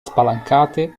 spalancate